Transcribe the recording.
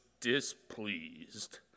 displeased